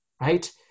right